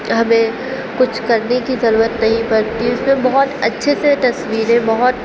ہمیں کچھ کرنے کی ضرورت نہیں پڑتی اس میں بہت اچھے سے تصویریں بہت